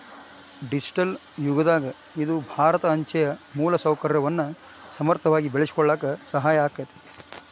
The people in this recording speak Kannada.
ಡಿಜಿಟಲ್ ಯುಗದಾಗ ಇದು ಭಾರತ ಅಂಚೆಯ ಮೂಲಸೌಕರ್ಯವನ್ನ ಸಮರ್ಥವಾಗಿ ಬಳಸಿಕೊಳ್ಳಾಕ ಸಹಾಯ ಆಕ್ಕೆತಿ